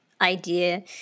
idea